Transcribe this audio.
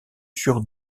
sur